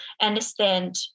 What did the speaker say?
understand